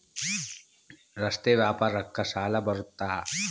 ರಸ್ತೆ ವ್ಯಾಪಾರಕ್ಕ ಸಾಲ ಬರುತ್ತಾ?